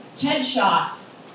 Headshots